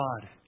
God